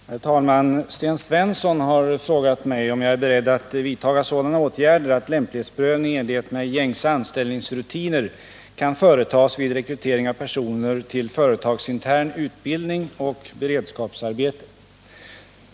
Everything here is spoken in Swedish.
Herr talman! Sten Svensson har frågat mig om jag är beredd att vidtaga sådana åtgärder att lämplighetsprövning i enlighet med gängse anställningsrutiner kan företas vid rekrytering av personer till företagsintern utbildning och beredskapsarbete.